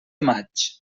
maig